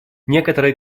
некоторые